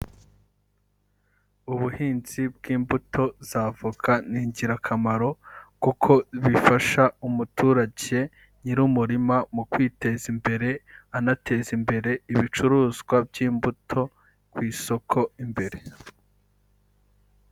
Ubuhinzi bw'imbuto za avoka ni ingirakamaro, kuko bifasha umuturage nyir'umurima mu kwiteza imbere, anateza imbere ibicuruzwa by'imbuto ku isoko imbere.